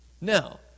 Now